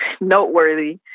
Noteworthy